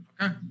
okay